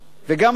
גם היום הזה